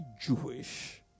Jewish